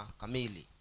kamili